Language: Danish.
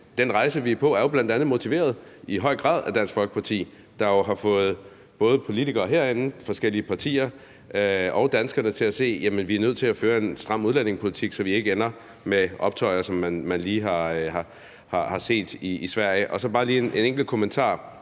Den rejse, vi er på, er jo i høj grad motiveret af bl.a. Dansk Folkeparti, der jo både har fået politikere herinde, forskellige partier, og danskerne til at se, at vi er nødt til at føre en stram udlændingepolitik, så vi ikke ender med optøjer som dem, vi lige har set i Sverige. Så bare lige en enkelt kommentar